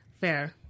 Fair